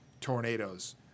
tornadoes